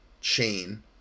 chain